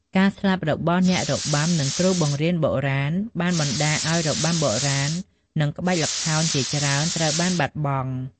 ការស្លាប់របស់អ្នករបាំ និងគ្រូបង្រៀនបុរាណ បានបណ្តាលឲ្យរបាំបុរាណ និងក្បាច់ល្ខោនជាច្រើនត្រូវបានបាត់បង់។